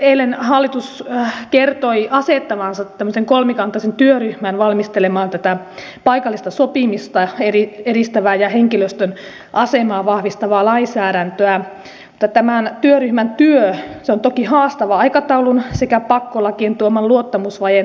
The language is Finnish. eilen hallitus kertoi asettavansa tämmöisen kolmikantaisen työryhmän valmistelemaan tätä paikallista sopimista edistävää ja henkilöstön asemaa vahvistavaa lainsäädäntöä mutta tämän työryhmän työ on toki haastavaa aikataulun sekä pakkolakien tuoman luottamusvajeen takia